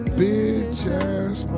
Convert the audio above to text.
bitch-ass